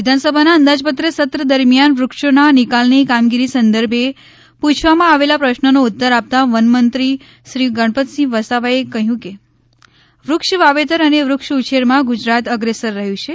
વિધાનસભાના અંદાજપત્ર સત્ર દરમિયાન વૃક્ષોના નિકાલની કામગીરી સંદર્ભે પ્રછવામાં આવેલા પ્રશ્નનો ઉત્તર આપતાં વનમંત્રી શ્રી ગણપતસિંહ વસાવાએ કહ્યું કે વૃક્ષ વાવેતર અને વૃક્ષ ઉછેરમાં ગુજરાત અગ્રેસર રહ્યું છે